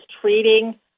treating